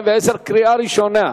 קריאה ראשונה.